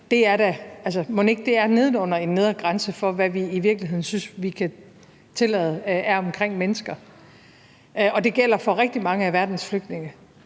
dér er neden under en nedre grænse for, hvad vi i virkeligheden synes vi kan tillade, når der er mennesker involveret. Og det gælder for rigtig mange af verdens flygtninge.